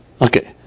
Okay